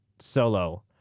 Solo